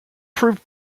proved